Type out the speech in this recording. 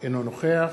אינו נוכח